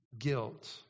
guilt